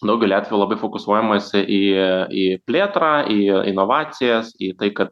daugeliu atveju labai fokusuojamasi į į plėtrą į inovacijas į tai kad